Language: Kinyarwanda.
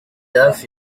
hafi